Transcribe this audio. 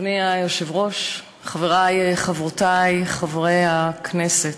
אדוני היושב-ראש, חברי וחברותי חברי הכנסת,